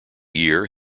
year